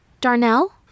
Darnell